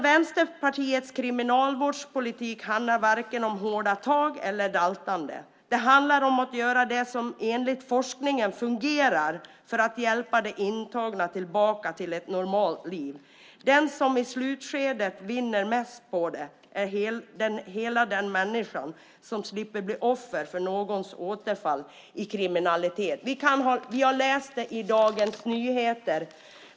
Vänsterpartiets kriminalvårdspolitik handlar inte om vare sig hårda tag eller daltande. Den handlar om att göra det som enligt forskningen fungerar för att hjälpa de intagna tillbaka till ett normalt liv. Den som i slutskedet vinner mest på det är den människa som slipper bli offer för någons återfall i kriminalitet. Vi har läst det i Dagens Nyheter.